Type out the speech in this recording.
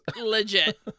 Legit